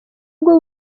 bwo